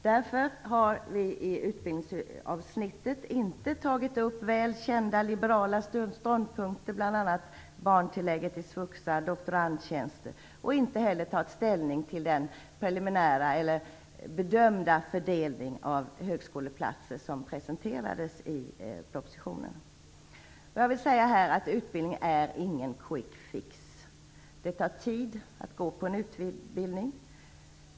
Därför har vi i utbildningsavsnittet inte tagit upp väl kända liberala ståndpunkter, bl.a. barntillägget i svuxa och doktorandtjänsterna, och inte heller tagit ställning till den preliminära eller bedömda fördelning av högskoleplatser som presenterades i propositionen. Utbildning är ingen quick fix. Det tar tid att gå på en utbildning.